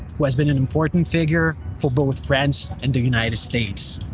who has been an important figure for both france and the united states.